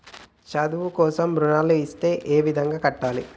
చదువు కోసం రుణాలు ఇస్తే ఏ విధంగా కట్టాలి?